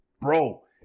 Bro